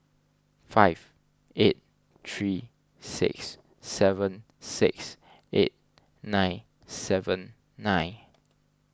five eight three six seven six eight nine seven nine